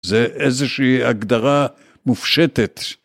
זה איזושהי הגדרה מופשטת.